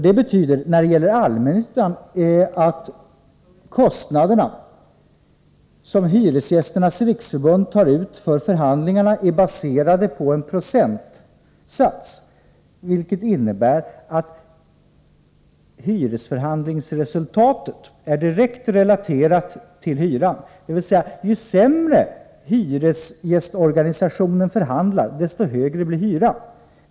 Det betyder när det gäller allmännyttan att de kostnader som Hyresgästernas riksförbund tar ut för förhandlingarna är baserade på en procentsats, vilket innebär att hyresförhandlingarnas resultat är direkt relaterat till hyran, dvs. ju sämre hyresgästorganisationen förhandlar, desto högre blir hyran.